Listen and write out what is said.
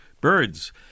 birds